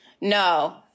No